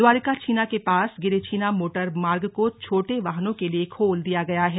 द्वारिकाछीना के पास गिरेछीना मोटरमार्ग को छोटे वाहनों के लिए खोल दिया गया है